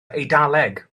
eidaleg